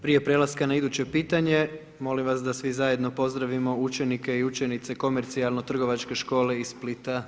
Prije prelaska na iduće pitanje, molim vas da svi zajedno pozdravimo učenike i učenice Komercijalno-trgovačke škole iz Splita.